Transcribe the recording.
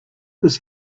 this